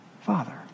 Father